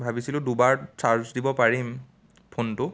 ভাবিছিলোঁ দুবাৰ চাৰ্জ দিব পাৰিম ফোনটো